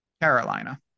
Carolina